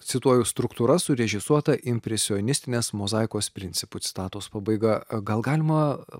cituoju struktūra surežisuota impresionistinės mozaikos principu citatos pabaiga gal galima